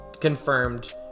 confirmed